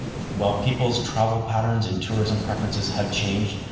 while people's travel patterns in tourism preferences have changed,